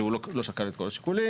שהוא לא שקל את כל השיקולים,